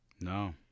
No